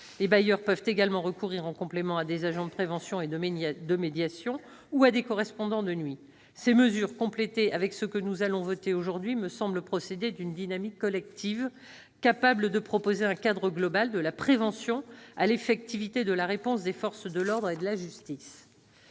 Les bailleurs peuvent également recourir, en complément, à des agents de prévention et de médiation, ou à des correspondants de nuit. Ces mesures, complétées par celles que nous allons voter aujourd'hui, me semblent procéder d'une dynamique collective, susceptible de proposer un cadre global, de la prévention à l'effectivité de la réponse des forces de l'ordre et de la justice.